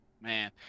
man